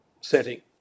setting